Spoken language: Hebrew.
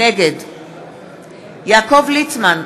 נגד יעקב ליצמן,